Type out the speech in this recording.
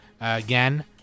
Again